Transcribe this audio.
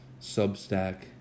Substack